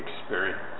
experience